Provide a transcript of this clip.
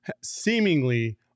seemingly